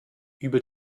über